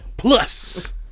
Plus